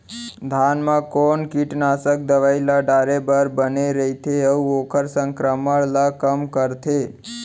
धान म कोन कीटनाशक दवई ल डाले बर बने रइथे, अऊ ओखर संक्रमण ल कम करथें?